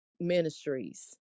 ministries